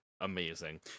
amazing